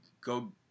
go